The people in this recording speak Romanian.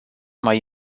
mai